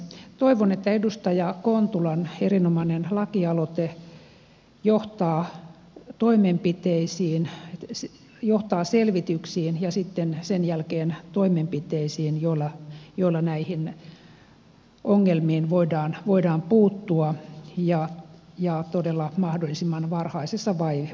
toivon että edustaja kontulan erinomainen lakialoite johtaa selvityksiin ja sitten sen jälkeen toimenpiteisiin joilla näihin ongelmiin voidaan puuttua ja todella mahdollisimman varhaisessa vaiheessa